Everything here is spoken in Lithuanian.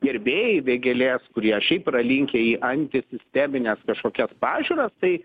gerbėjai vėgėlės kurie šiaip yra linkę į antisistemines kažkokias pažiūras tai